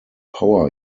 power